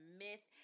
myth